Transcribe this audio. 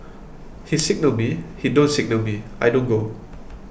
he signal me he don't signal me I don't go